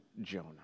Jonah